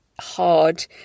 hard